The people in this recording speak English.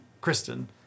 Kristen